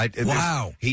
Wow